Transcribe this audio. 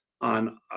on